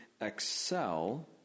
excel